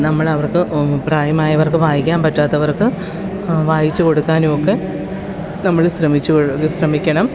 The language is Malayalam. നമ്മളവർക്ക് പ്രായമായവർക്ക് വായിക്കാൻ പറ്റാത്തവർക്ക് വായിച്ചുകൊടുക്കാനുമൊക്കെ നമ്മള് ശ്രമിച്ചു ശ്രമിക്കണം